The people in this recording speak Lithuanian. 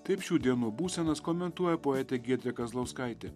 taip šių dienų būsenas komentuoja poetė giedrė kazlauskaitė